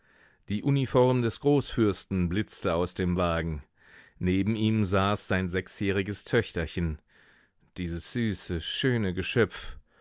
die uniform des großfürsten blitzte aus dem wagen neben ihm saß sein sechsjähriges töchterchen dieses süße schöne geschöpf